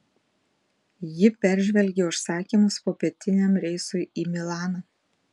ji peržvelgė užsakymus popietiniam reisui į milaną